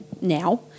now